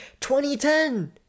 2010